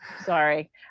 Sorry